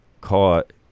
caught